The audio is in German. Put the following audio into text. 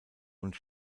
und